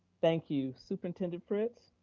thank you, superintendent fritz.